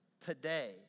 today